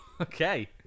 Okay